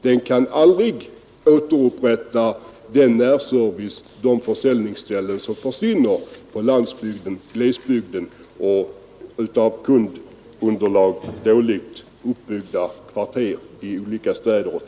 Den kan aldrig återupprätta den närservice som försvinner i glesbygden och även i städer och tätorter i kvarter med dåligt kundunderlag.